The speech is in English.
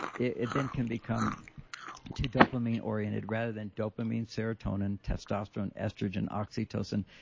it then can become too dopamine oriented rather than dopamine, serotonin, testosterone, estrogen, oxytocin.